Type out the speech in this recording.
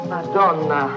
Madonna